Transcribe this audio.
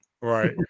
Right